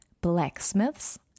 blacksmiths